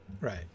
right